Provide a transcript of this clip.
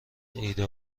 ایده